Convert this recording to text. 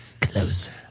Closer